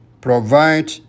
Provide